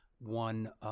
one